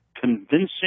convincing